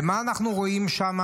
ומה אנחנו רואים שם,